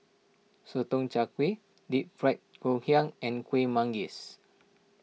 Sotong Char Kway Deep Fried Ngoh Hiang and Kueh Manggis